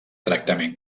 tractament